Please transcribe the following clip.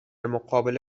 مقابل